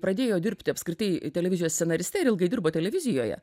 pradėjo dirbti apskritai televizijos scenariste ir ilgai dirbo televizijoje